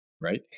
right